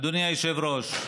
אדוני היושב-ראש,